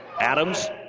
Adams